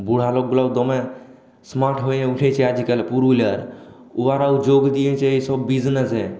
বুড়ো লোকগুলোও দমে স্মার্ট হয়ে উঠেছে আজকাল পুরুলিয়ার ওরাও যোগ দিয়েছে এইসব বিজনেসে